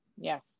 Yes